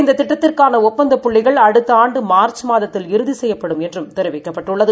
இந்ததிட்டத்திற்கானஒ ப்பந்தப்புள்ளிகள்அடுத்தஆண்டுமார்ச்மாதத்தில்இறுதி செய்யப்படும்என்றும்தெரிவித்துள்ளது